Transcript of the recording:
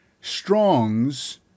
Strong's